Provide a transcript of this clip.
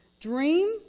Dream